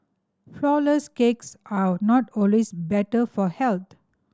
flourless cakes are not always better for health